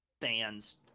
fans